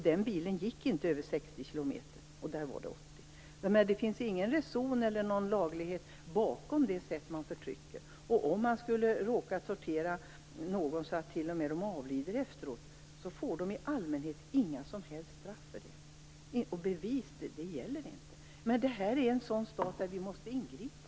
Den bilen gick inte att köra fortare än i 60 km i timmen, och där var hastighetsgränsen 80. Det finns ingen reson eller någon laglighet bakom att man förtrycker. Om man skulle råka tortera någon så att personen t.o.m. avlider får man i allmänhet inga som helst straff för det, och bevis gäller inte. Detta är en sådan stat där vi måste ingripa.